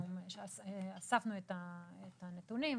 אספנו את הנתונים.